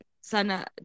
Sana